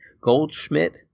Goldschmidt